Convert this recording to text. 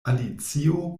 alicio